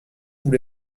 vous